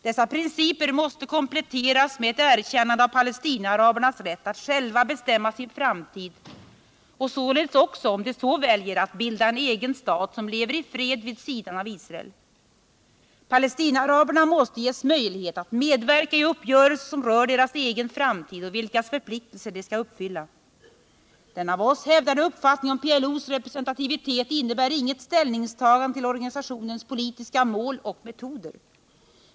Dessa principer måste kompletteras med ett erkännande av Palestinaarabernas rätt att själva bestämma sin framtid och således också, om de så väljer, att bilda en egen stat som lever i fred vid sidan av Israel. Palestinaaraberna måste ges möjlighet att medverka i uppgörelser som rör deras egen framtid och vilkas förpliktelser de skall uppfylla. Den av oss hävdade uppfattningen om PLO:s representativitet innebär inget ställningstagande till organisationens politiska mål och metoder.